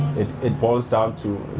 it it boils down to.